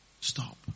stop